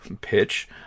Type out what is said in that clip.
pitch